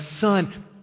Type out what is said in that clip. son